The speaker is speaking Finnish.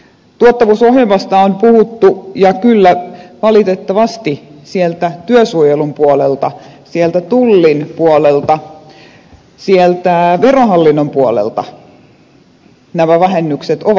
tuottavuusohjelmasta on puhuttu ja kyllä valitettavasti työsuojelun puolelta tullin puolelta verohallinnon puolelta nämä vähennykset ovat realismia